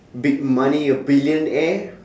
big money a billionaire